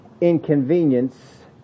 inconvenience